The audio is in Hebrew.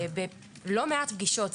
העקרונות הוצגו בפניכם.